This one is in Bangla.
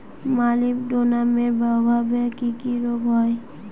মলিবডোনামের অভাবে কি কি রোগ হয়?